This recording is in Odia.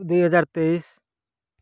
ଦୁଇ ହଜାର ତେଇଶ